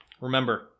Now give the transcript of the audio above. remember